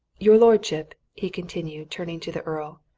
your lordship, he continued, turning to the earl,